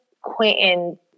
Quentin